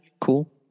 cool